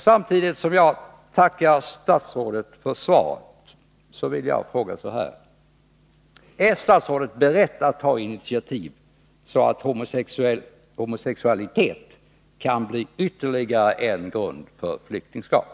Samtidigt som jag tackar statsrådet för svaret vill jag fråga: Är statsrådet beredd att ta initiativ, så att homosexualitet kan bli ytterligare en grund för flyktingskap?